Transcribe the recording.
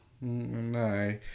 No